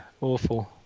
Awful